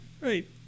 right